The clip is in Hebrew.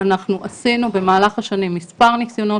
אנחנו עשינו במהלך השנים מספר ניסיונות